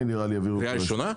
בקריאה ראשונה?